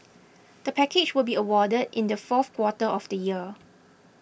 the package will be awarded in the fourth quarter of the year